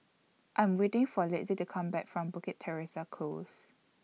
I'm waiting For Litzy to Come Back from Bukit Teresa Close